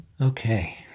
Okay